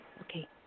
Okay